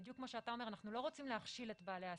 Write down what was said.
בדיוק כמו שאתה אומר אנחנו לא רוצים להכשיל את בעלי עסקים.